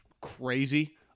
crazy